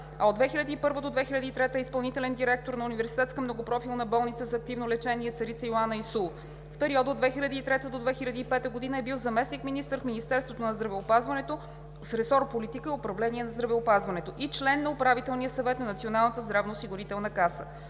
а от 2001 г. до 2003 г. е изпълнителен директор на Университетска многопрофилна болница за активно лечение „Царица Йоанна – ИСУЛ“. В периода от 2003 г. до 2005 г. е бил заместник-министър в Министерството на здравеопазването с ресор „Политика и управление на здравеопазването“ и член на Управителния съвет на Националната здравноосигурителна каса.